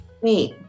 wait